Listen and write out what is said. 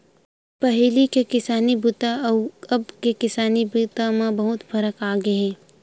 पहिली के किसानी बूता अउ अब के किसानी बूता म बिकट फरक आगे हे